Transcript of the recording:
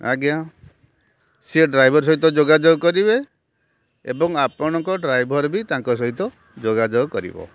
ଆଜ୍ଞା ସିଏ ଡ୍ରାଇଭର୍ ସହିତ ଯୋଗାଯୋଗ କରିବେ ଏବଂ ଆପଣଙ୍କ ଡ୍ରାଇଭର୍ ବି ତାଙ୍କ ସହିତ ଯୋଗାଯୋଗ କରିବ